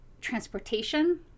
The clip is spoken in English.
transportation